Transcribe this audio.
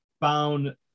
found